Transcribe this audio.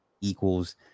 equals